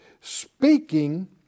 Speaking